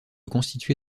constitué